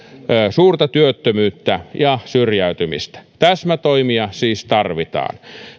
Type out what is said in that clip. suurta työttömyyttä ja syrjäytymistä täsmätoimia siis tarvitaan